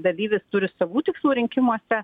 dalyvis turi savų tikslų rinkimuose